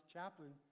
Chaplain